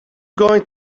going